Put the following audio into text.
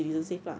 oh